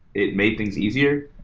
it made things easier.